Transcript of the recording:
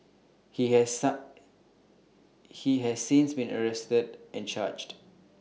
he has he has since been arrested and charged